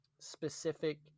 specific